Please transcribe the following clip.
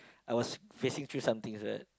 I was facing through some things ah